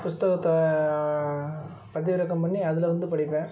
புஸ்தகத்தை பதிவிறக்கம் பண்ணி அதில் வந்து படிப்பேன்